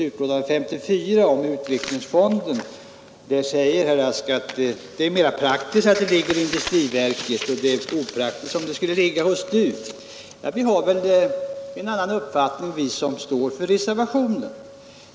Den reservationen gäller utvecklingsfonden, och där sade herr Rask att det är mera praktiskt att verksamheten ligger i industriverket och att det skulle vara opraktiskt om den låg hos STU. Där har emellertid vi en annan uppfattning, som också framgår av reservationen.